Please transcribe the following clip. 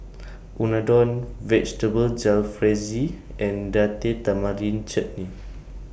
Unadon Vegetable Jalfrezi and Date Tamarind Chutney